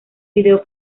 vídeo